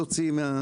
אין מה לעשות.